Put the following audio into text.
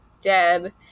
dead